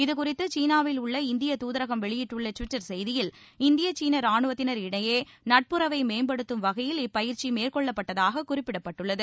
இதுகுறித்து சீனாவில் உள்ள இந்திய தூதரகம் வெளியிட்டுள்ள டிவிட்டர் செய்தியில் இந்திய சீன ரானுவத்தினர் இடையே நட்புறவை மேம்படுத்தும் வகையில் இப்பயிற்சி மேற்கொள்ளப்பட்டதாக குறிப்பிடப்பட்டுள்ளது